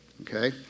okay